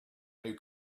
new